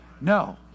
no